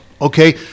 Okay